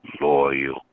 loyal